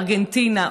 ארגנטינה,